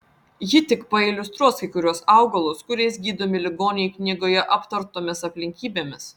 ji tik pailiustruos kai kuriuos augalus kuriais gydomi ligoniai knygoje aptartomis aplinkybėmis